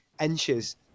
inches